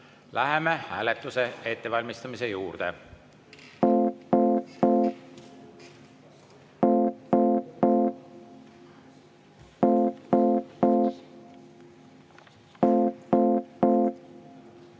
Läheme hääletuse ettevalmistamise juurde. Head